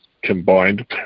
combined